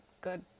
good